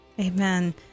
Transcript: Amen